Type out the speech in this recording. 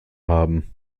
haben